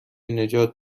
نجات